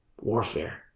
warfare